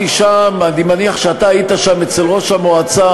אני מניח שאתה היית שם אצל ראש המועצה